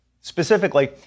specifically